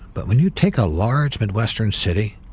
but when you take a large mid-western city,